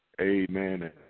amen